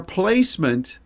placement